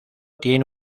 tiene